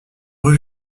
rue